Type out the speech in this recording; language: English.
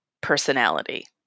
personality